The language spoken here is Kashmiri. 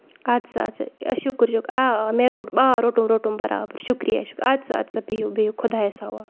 اَدٕ سا اَدٕ سا شُکُر شُکُر آ آ مےٚ روٚٹ آ روٚٹُم روٚٹُم برابر شُکرِیا اَد سا ادسا بِہو بِہو خۄدایَس حوالہٕ